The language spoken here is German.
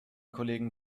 kollegen